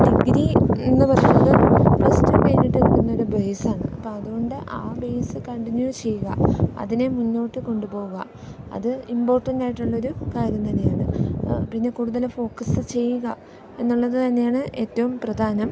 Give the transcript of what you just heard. degree എന്നു പറയുന്നത് plus two കഴിഞ്ഞിട്ട് വരുന്ന ഒരു ബേസ് ആണ് അപ്പം അതുകൊണ്ട് ആ ബേസ് കണ്ടിന്യൂ ചെയ്യുക അതിനെ മുന്നോട്ട് കൊണ്ട് പോവുക അത് ഇമ്പോട്ടൻ്റ് ആയിട്ടുള്ള ഒരു കാര്യം തന്നെയാണ് പിന്നെ കൂടുതൽ ഫോക്കസ് ചെയ്യുക എന്നുള്ളത് തന്നെയാണ് ഏറ്റവും പ്രധാനം